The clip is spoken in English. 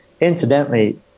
incidentally